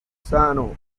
sano